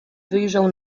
wyjrzał